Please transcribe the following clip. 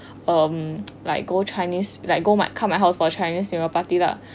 um like go chinese like go my come my house for a chinese new year party lah